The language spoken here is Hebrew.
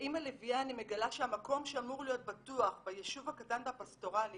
כאימא לביאה אני מגלה שהמקום שאמור להיות בטוח ביישוב הקטן והפסטורלי